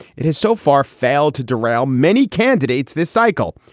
it has so far failed to derail many candidates this cycle.